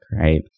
right